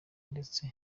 ndetse